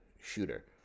shooter